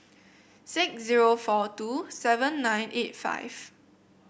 six zero four two seven nine eight five